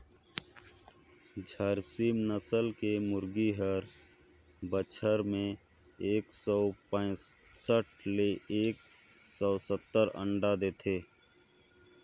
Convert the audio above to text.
झारसीम नसल के मुरगी हर बच्छर में एक सौ पैसठ ले एक सौ सत्तर अंडा देथे